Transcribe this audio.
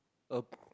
a